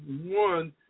one